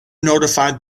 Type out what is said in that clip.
notified